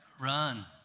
Run